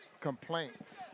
complaints